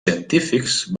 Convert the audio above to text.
científics